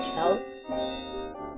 help